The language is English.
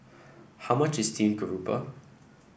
how much is Steam Garoupa